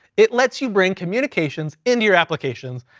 it lets you bring communications into your applications.